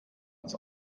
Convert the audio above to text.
ins